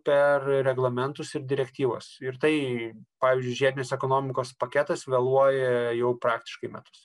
per reglamentus ir direktyvas ir tai pavyzdžiui žiedinės ekonomikos paketas vėluoja jau praktiškai metus